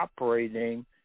operating